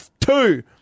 two